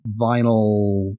vinyl